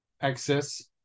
Access